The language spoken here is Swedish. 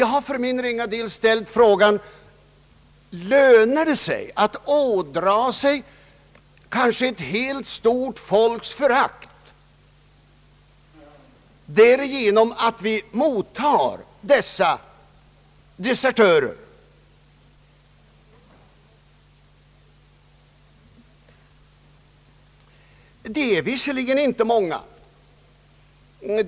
Jag har för min ringa del ställt frågan: Är det värt att vi ådrar oss ett stort lands hela förakt genom att mottaga dessa desertörer? De är visserligen inte många.